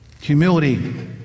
Humility